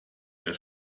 der